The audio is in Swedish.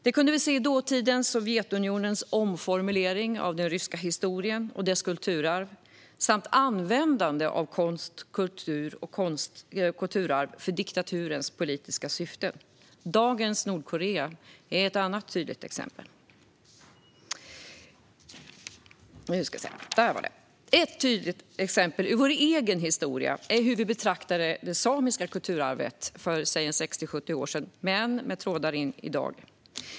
Det kunde vi se i dåtidens Sovjetunionens omformulering av den ryska historien och dess kulturarv samt användande av konst, kultur och kulturarv för diktaturens politiska syften. Dagens Nordkorea är ett annat tydligt exempel. Ett tydligt exempel ur vår egen historia är hur vi betraktade det samiska kulturarvet för 60-70 år sedan - med trådar fram till i dag.